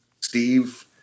Steve